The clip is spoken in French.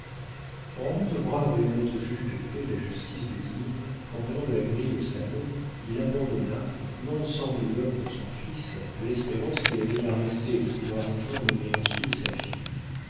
rendons au brave et honnête juge de paix la justice de dire qu'en venant de la grille au salon il abandonna non sans douleur pour son fils l'espérance qu'il avait caressée de pouvoir un jour nommer ursule sa fille